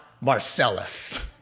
Marcellus